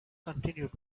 continued